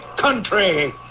country